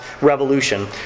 revolution